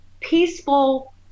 peaceful